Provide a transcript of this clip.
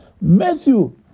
Matthew